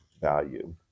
value